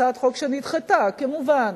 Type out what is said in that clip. הצעת חוק שנדחתה, כמובן,